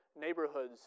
neighborhoods